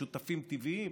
שותפים טבעיים